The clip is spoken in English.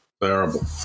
terrible